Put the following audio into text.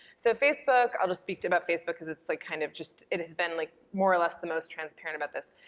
so facebook, i'll just speak to you about facebook cause it's, like, kind of just, it has been like more or less the most transparent about this.